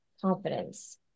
confidence